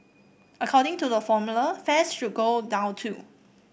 according to the formula fares should go down too